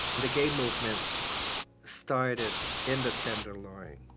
the gay movement started in the tenderloin,